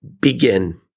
Begin